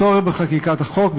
הצורך בחקיקת החוק,